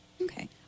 Okay